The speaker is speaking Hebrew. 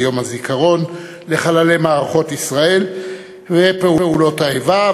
ביום הזיכרון לחללי מערכות ישראל ופעולות האיבה,